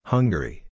Hungary